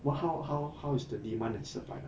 but how how how is the demand and supply like